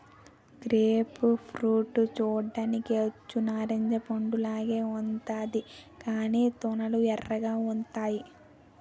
grape fruit చూడ్డానికి అచ్చు నారింజ పండులాగా ఉంతాది కాని తొనలు ఎర్రగా ఉంతాయి